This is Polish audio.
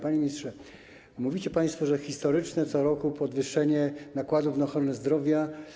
Panie ministrze, mówicie państwo o historycznym co roku podwyższaniu nakładów na ochronę zdrowia.